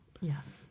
Yes